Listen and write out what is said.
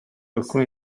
alcune